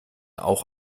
auch